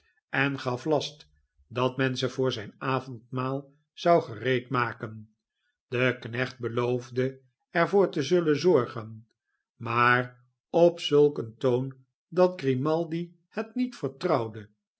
en gaf last dat men ze voor zijn avondmaal zou gereedmaken de knecht beloofde er voor te zullen zorgen maar op zulk een toon dat grimaldi het niet vertrouwde